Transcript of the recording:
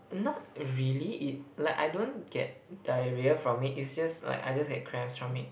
not really it like I don't get diarrhoea from it it's just like I just get cramps from it